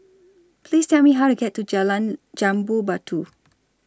Please Tell Me How to get to Jalan Jambu Batu